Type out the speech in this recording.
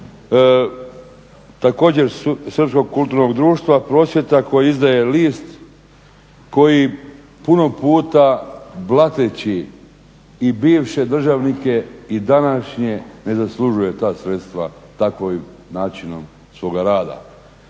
također srpskog kulturnog društva, prosvjeta koji izdaje list koji puno puta blateći i bivše državnike i današnje ne zaslužuje ta sredstva takvim načinom svoga rada.